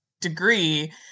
degree